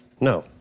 No